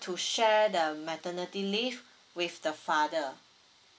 to share the maternity leave with the father